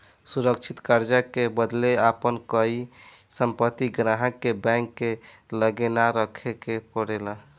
असुरक्षित कर्जा के बदले आपन कोई संपत्ति ग्राहक के बैंक के लगे ना रखे के परेला